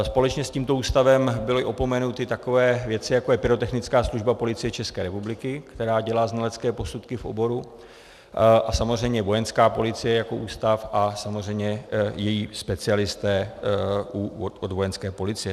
Společně s tímto ústavem byly opomenuty takové věci, jako je Pyrotechnická služba Policie České republiky, která dělá znalecké posudky v oboru, a samozřejmě Vojenská policie jako ústav a samozřejmě její specialisté u Vojenské policie.